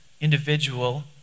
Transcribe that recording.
individual